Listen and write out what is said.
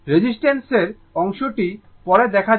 resistance এর অংশটি পরে দেখা যাবে